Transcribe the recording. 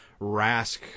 Rask